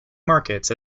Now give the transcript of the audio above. markets